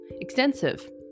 Extensive